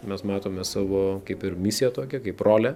mes matome savo kaip ir misiją tokią kaip rolę